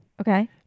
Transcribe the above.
okay